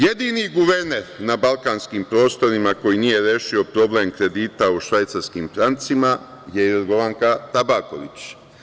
Jedini guverner na balkanskim prostorima koji nije rešio problem kredita u švajcarskim francima je Jorgovanka Tabaković.